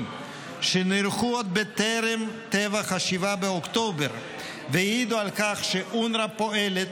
שנערכו עוד בטרם טבח 7 באוקטובר והעידו על כך שאונר"א פועלת,